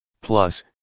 Plus